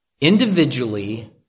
individually